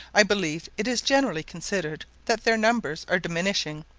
i believe it is generally considered that their numbers are diminishing,